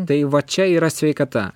tai va čia yra sveikata